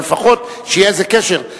אבל לפחות שיהיה איזה קשר.